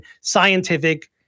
scientific